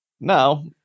Now